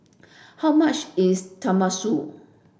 how much is Tenmusu